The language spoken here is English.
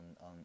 on